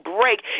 break